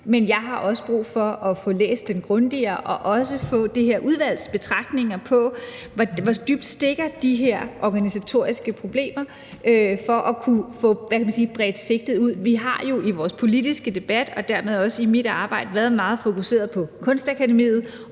men jeg har også brug for at få læst den grundigere og også få det her udvalgs betragtninger om, hvor dybt de her organisatoriske problemer stikker, altså for at kunne få et bredere sigte. Vi har jo i vores politiske debat og dermed også i mit arbejde været meget fokuserede på Kunstakademiet